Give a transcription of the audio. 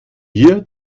hier